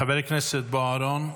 חבר הכנסת בוארון,